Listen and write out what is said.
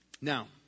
Now